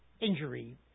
injury